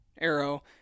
arrow